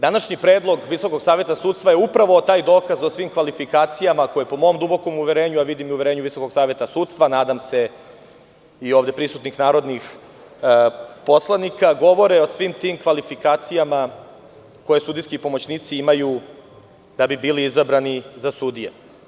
Današnji predlog Visokog saveta sudstva je taj dokaz o svim kvalifikacijama koje po mom dubokom uverenju, a vidim i uverenju Visokog saveta sudstva, a nadam se i ovde prisutnih narodnih poslanika govore o svim tim kvalifikacijama koje sudijski pomoćnici imaju da bi bili izabrani za sudije.